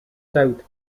south